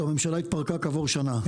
הממשלה התפרקה כעבור שנה...